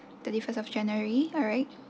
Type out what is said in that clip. thirty first of january alright